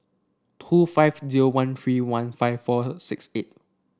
two five zero one three one five four six eight